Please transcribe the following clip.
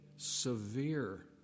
severe